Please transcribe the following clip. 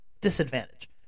disadvantage